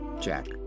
Jack